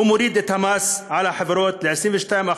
הוא מוריד את המס על חברות ל-22%,